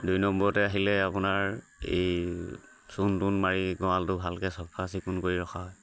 দুই নম্বৰতে আহিলে আপোনাৰ এই চূণ তূণ মাৰি গঁৰালটো ভালকৈ চাফা চিকুণ কৰি ৰখা হয়